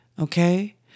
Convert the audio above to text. Okay